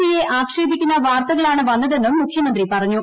സിയെ ആക്ഷേപിക്കുന്ന വാർത്തകളാണ് വന്നതെന്നും മുഖ്യമന്ത്രി പറഞ്ഞു